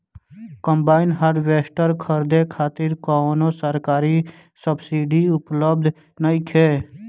Combine harvester खरीदे खातिर कउनो सरकारी सब्सीडी उपलब्ध नइखे?